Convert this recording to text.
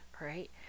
right